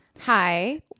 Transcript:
hi